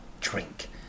Drink